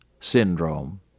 syndrome